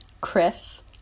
Chris